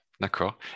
d'accord